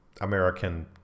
American